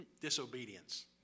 Disobedience